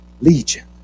Legion